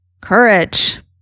courage